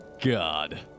God